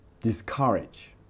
DISCOURAGE